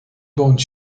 bądź